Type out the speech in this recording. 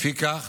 לפיכך